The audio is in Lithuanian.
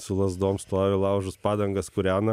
su lazdom stovi laužus padangas kūrena